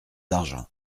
d’argent